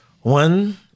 one